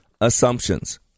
assumptions